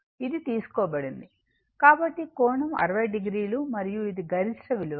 ఇది తీసుకోబడింది కాబట్టి కోణం 60 o మరియు ఇది గరిష్ట విలువ